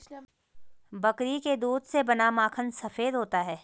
बकरी के दूध से बना माखन सफेद होता है